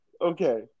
Okay